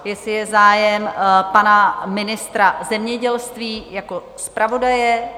Jestli je zájem pana ministra zemědělství jako zpravodaje?